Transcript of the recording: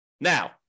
Now